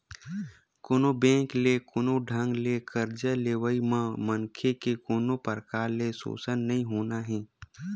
कोनो बेंक ले कोनो ढंग ले करजा लेवई म मनखे के कोनो परकार ले सोसन नइ होना हे